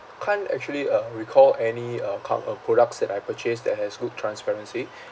can't actually uh recall any uh com~ uh products that I purchased that has good transparency